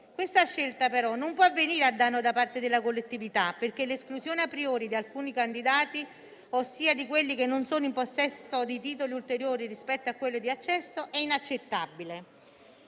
Questa scelta, però, non può avvenire a danno della collettività perché l'esclusione a priori di alcuni candidati (ossia di coloro che non sono in possesso di titoli ulteriori rispetto a quelli di accesso) è inaccettabile.